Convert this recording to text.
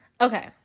Okay